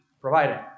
providing